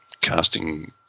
casting